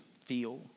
feel